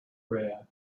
korea